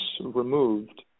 removed